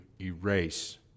erase